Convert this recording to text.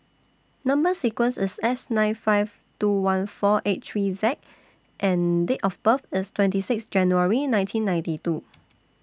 Number sequence IS S nine five two one four eight three Z and Date of birth IS twenty six January nineteen ninety two